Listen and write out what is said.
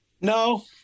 No